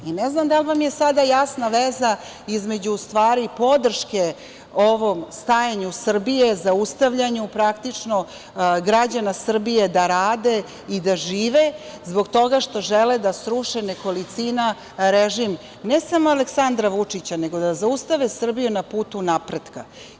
Ne znam da li vam je sada jasna veza između u stvari podrške ovom stajanju Srbije, zaustavljanju građana Srbije da rade i da žive zbog toga žele da sruše nekolicina režim ne samo Aleksandra Vučića, nego da zaustave Srbiju na putu napretka.